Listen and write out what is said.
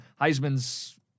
Heisman's